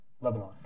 Lebanon